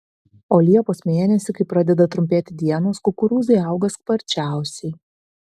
o liepos mėnesį kai pradeda trumpėti dienos kukurūzai auga sparčiausiai